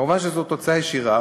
מובן שזו תוצאה ישירה